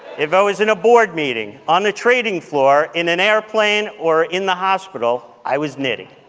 if i was in a board meeting, on the trading floor, in an airplane or in the hospital, i was knitting.